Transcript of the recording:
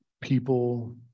people